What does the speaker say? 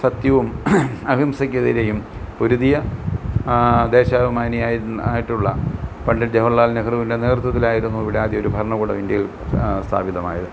സത്യവും അഹിംസക്കെതിരെയും പൊരുതിയ ദേശാഭിമാനിയായിട്ടുള്ള പണ്ഡിറ്റ് ജവഹർലാൽ നെഹ്റുവിൻ്റെ നേത്യത്വത്തിലായിരുന്നു ഇവിടെ ആദ്യമൊരു ഭരണകൂടം ഇന്ത്യയിൽ സ്ഥാപിതമായത്